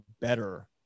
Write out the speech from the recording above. better